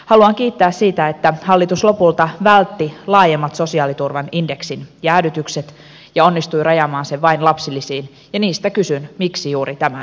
haluan kiittää siitä että hallitus lopulta vältti laajemmat sosiaaliturvan indeksin jäädytykset ja onnistui rajaamaan sen vain lapsilisiin ja niistä kysyn miksi juuri tämä ryhmä